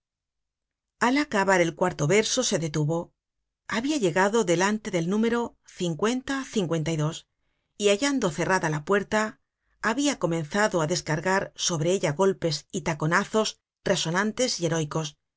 al acabar el cuarto verso se detuvo habia llegado delante del número y hallando cerrada la puerta habia comenzado á descargar sobre ella golpes y taconazos resonantes y heroicos